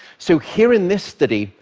so here in this study,